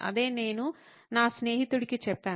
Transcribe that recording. అదే నేను నా స్నేహితుడికి చెప్పాను